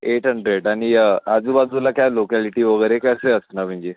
eight hundred आणि आजूबाजूला काय लोकॅलिटी वगैरे कसे असणार म्हणजे